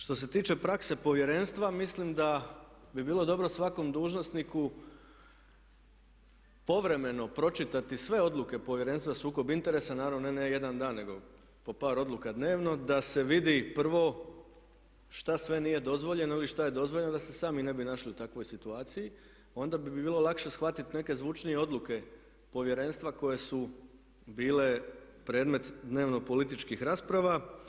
Što se tiče prakse Povjerenstva mislim da bi bilo dobro svakom dužnosniku povremeno pročitati sve odluke Povjerenstva za sukob interesa, naravno ne na jedan dan nego po par odluka dnevno da se vidi prvo šta sve nije dozvoljeno ili šta je dozvoljeno da se sami ne bi našli u takvoj situaciji, onda bi bilo lakše shvatiti neke zvučnije odluke Povjerenstva koje su bile predmet dnevno-političkih rasprava.